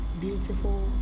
beautiful